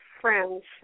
friends